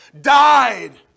died